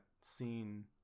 scene